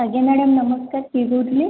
ଆଜ୍ଞା ମ୍ୟାଡ଼ାମ ନମସ୍କାର୍ କିଏ କହୁଥିଲେ